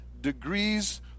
degrees